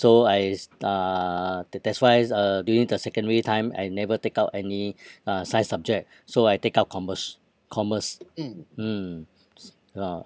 so I s~ uh th~ that's why uh during the secondary time I never take up any uh science subject so I take up commerce commerce mm s~ ah